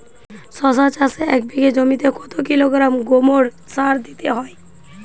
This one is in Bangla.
শশা চাষে এক বিঘে জমিতে কত কিলোগ্রাম গোমোর সার দিতে হয়?